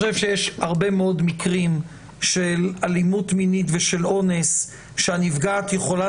יש הרבה מאוד מקרים של אלימות מינית ושל אונס שהנפגעת יכולה